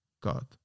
God